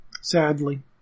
Sadly